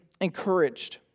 encouraged